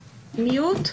ב-זום.